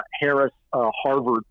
Harris-Harvard